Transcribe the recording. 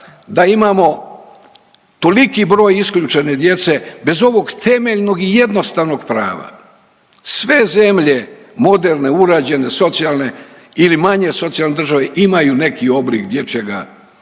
da imamo toliki broj isključene djece bez ovog temeljnog i jednostavnog prava. Sve zemlje moderne, urađene, socijalne ili manje socijalne države imaju neki oblik dječjega